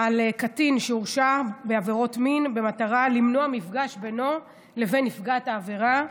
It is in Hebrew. על קטין שהורשע בעבירות מין במטרה למנוע מפגש בינו לבין נפגעת העבירה.